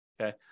Okay